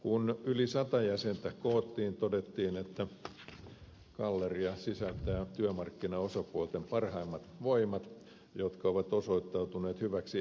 kun yli sata jäsentä koottiin todettiin että galleria sisältää työmarkkinaosapuolten parhaimmat voimat jotka ovat osoittautuneet hyviksi estämään muutoksia